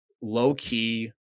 low-key